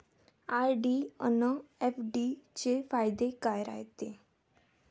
RD अन FD चे फायदे काय रायते?